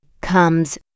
comes